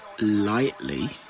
lightly